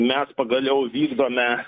mes pagaliau vykdome